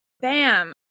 bam